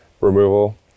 removal